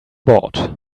board